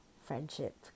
friendship